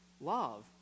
love